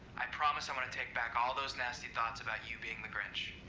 i promise i'm gonna take back all those nasty thoughts about you being the grinch.